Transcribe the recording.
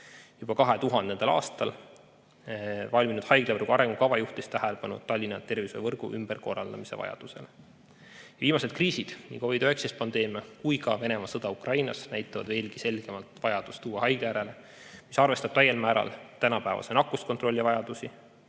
Juba 2000. aastal valminud haiglavõrgu arengukava juhtis tähelepanu Tallinna tervishoiuvõrgu ümberkorraldamise vajadusele. Viimased kriisid, nii COVID‑19 pandeemia kui ka Venemaa sõda Ukrainas, näitavad veelgi selgemalt vajadust uue haigla järele. See peaks arvestama täiel määral tänapäevase nakkuskontrolli vajadusi,